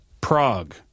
Prague